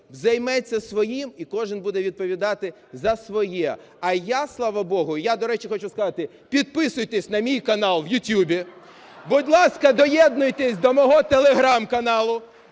займеться своїм і кожен буде відповідати за своє. А я, слава Богу… Я, до речі, хочу сказати, підписуйтесь на мій канал в ютубі. Будь ласка, доєднуйтесь до мого телеграм-каналу.